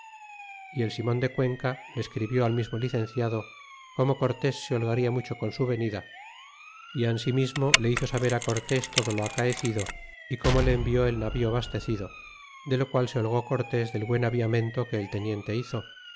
y el simon de cuenca le escribió al mismo licenciado como cortes se holgaria mucho con su venida e ansimismo le hizo saber cortés todo lo acaecido y como le envió el navío bastecido de lo qual se holgó cortés del buen aviamiento que el teniente hizo